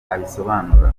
abisobanura